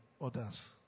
others